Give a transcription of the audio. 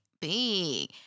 big